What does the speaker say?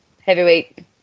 heavyweight